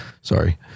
sorry